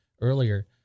earlier